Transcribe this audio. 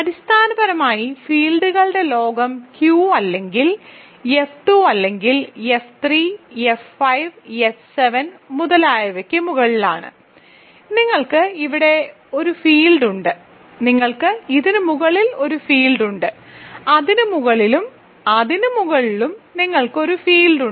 അടിസ്ഥാനപരമായി ഫീൽഡുകളുടെ ലോകം Q അല്ലെങ്കിൽ F 2 അല്ലെങ്കിൽ F 3 F 5 F 7 മുതലായവയ്ക്ക് മുകളിലാണ് നിങ്ങൾക്ക് ഇവിടെ ഒരു ഫീൽഡുകൾ ഉണ്ട് നിങ്ങൾക്ക് ഇതിന് മുകളിൽ ഒരു ഫീൽഡുകൾ ഉണ്ട് ഇതിന് മുകളിലും അതിനുമുകളിലും നിങ്ങൾക്ക് ഒരു ഫീൽഡുകൾ ഉണ്ട്